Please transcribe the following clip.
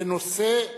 בנושא: